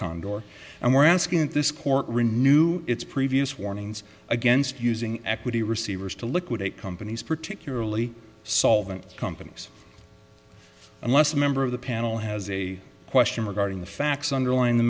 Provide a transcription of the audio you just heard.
cond or and we're asking this court renew its previous warnings against using equity receivers to liquidate companies particularly solvent companies unless a member of the panel has a question regarding the facts underlying the